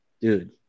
dude